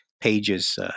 Page's